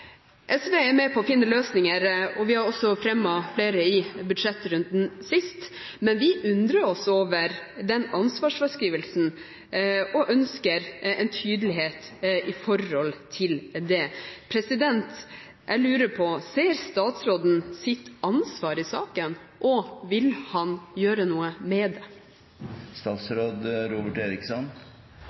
SV er med på å finne løsninger, og vi har også fremmet flere i budsjettrunden sist, men vi undrer oss over den ansvarsfraskrivelsen og ønsker en tydelighet i forhold til det. Jeg lurer på: Ser statsråden sitt ansvar i saken, og vil han gjøre noe med det?